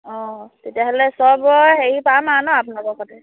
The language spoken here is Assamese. অঁ তেতিয়াহ'লে সবৰ হেৰি পাম আৰু নহ্ আপোনালোকৰ ঘৰতে